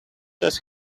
does